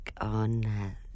on